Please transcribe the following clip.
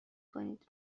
کنید